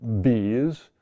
bees